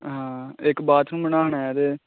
हां इक बाथरूम बनाना ऐ ते